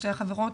שתי החברות.